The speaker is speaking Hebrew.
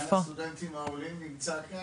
חלק מהסטודנטים העולים נמצא כאן,